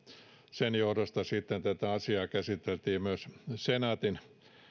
sen johdosta sitten tätä asiaa käsiteltiin myös senaatin